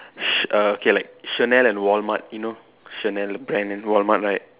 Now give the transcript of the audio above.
sh uh okay like Chanel and Walmart you know Chanel brand and Walmart right